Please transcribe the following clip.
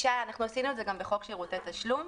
עשינו את זה גם בחוק שירותי תשלום.